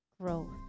growth